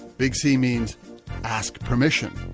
big c means ask permission.